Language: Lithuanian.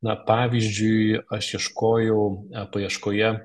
na pavyzdžiui aš ieškojau paieškoje